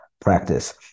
practice